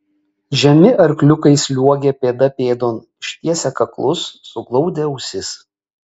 žemi arkliukai sliuogė pėda pėdon ištiesę kaklus suglaudę ausis